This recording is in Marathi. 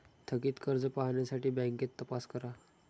थकित कर्ज पाहण्यासाठी बँकेत तपास करा